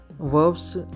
verbs